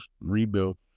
rebuild